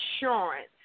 insurance